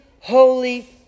holy